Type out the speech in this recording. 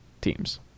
teams